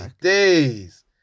days